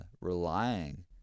relying